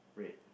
red